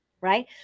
right